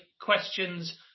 Questions